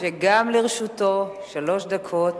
וגם לרשותו שלוש דקות